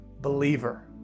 believer